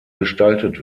gestaltet